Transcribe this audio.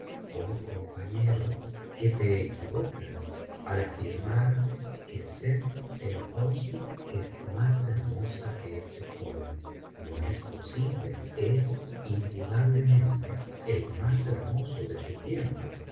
oh compañero que te equivocas al afirmar que sett el hosn es más hermosa que ese joven no es posible es indudablemente el más hermoso de su tiempo